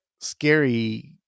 scary